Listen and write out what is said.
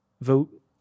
vote